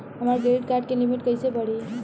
हमार credit card के limit कइसे बढ़ी?